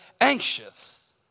anxious